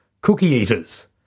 cookie-eaters